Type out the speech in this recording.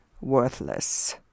worthless